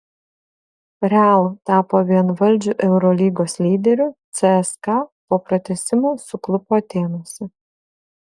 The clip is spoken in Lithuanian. real tapo vienvaldžiu eurolygos lyderiu cska po pratęsimo suklupo atėnuose